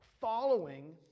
following